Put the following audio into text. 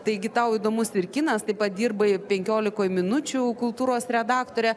taigi tau įdomus ir kinas taip pat dirbai penkiolikoj minučių kultūros redaktore